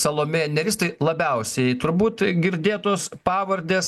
salomėja nėris tai labiausiai turbūt girdėtos pavardės